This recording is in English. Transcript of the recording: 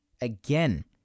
Again